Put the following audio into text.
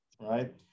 right